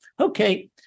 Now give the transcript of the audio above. Okay